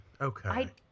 Okay